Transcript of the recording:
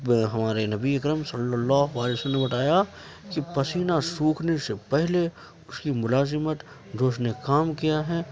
وہ ہمارے نبی اکرم صلی اللہ علیہ وسلم نے بتایا کہ پسینہ سوکھنے سے پہلے اس کی ملازمت جو اس نے کام کیا ہے